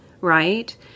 right